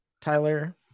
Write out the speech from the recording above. tyler